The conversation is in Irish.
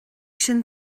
sin